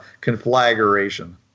conflagration